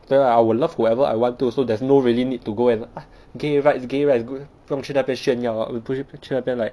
so I will love whoever I want to so there's no really need to go and like gay rights gay rights 不用去那边炫耀不用去那边 like